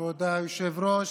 כבוד היושב-ראש,